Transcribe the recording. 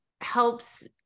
helps